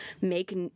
make